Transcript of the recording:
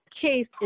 case